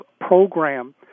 program